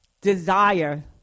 desire